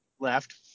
left